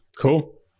cool